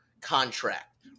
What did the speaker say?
contract